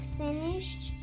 finished